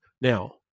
Now